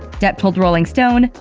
depp told rolling stone,